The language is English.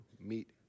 meet